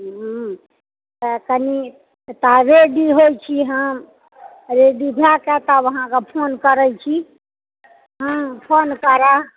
तऽ कनि तऽ रेडी होइत छी हम रेडी भए कऽ तब अहाँकेँ फोन करैत छी हँ फोन करब